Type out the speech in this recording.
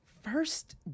First